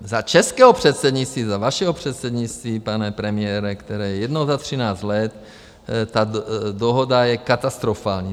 Za českého předsednictví, za vašeho předsednictví, pane premiére, které je jednou za třináct let, ta dohoda je katastrofální.